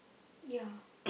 yeah